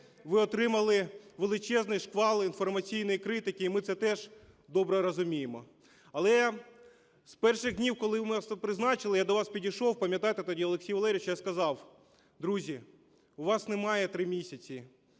ви отримали величезні шквали інформаційної критики, і ми це теж добре розуміємо. Але з перших днів, коли ми вас тут призначили, я до вас підійшов, пам'ятаєте, тоді, Олексій Валерійович, я сказав: "Друзі, у вас немає 3 місяці,